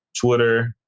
Twitter